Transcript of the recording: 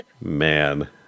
man